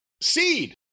Seed